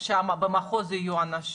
שבמחוז יהיו אנשים?